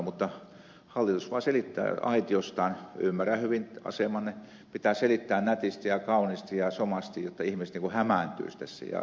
mutta hallitus vaan selittää aitiostaan ymmärrän hyvin asemanne pitää selittää nätisti ja kauniisti ja somasti jotta ihmiset niin kuin hämääntyisivät tässä ja siinä te olette onnistuneet